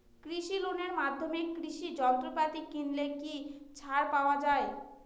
কৃষি লোনের মাধ্যমে কৃষি যন্ত্রপাতি কিনলে কি ছাড় পাওয়া যায়?